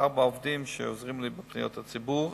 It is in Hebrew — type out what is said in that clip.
ארבעה עובדים עוזרים לי בפניות הציבור,